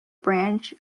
branch